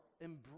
embrace